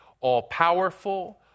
All-powerful